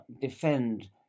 defend